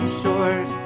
short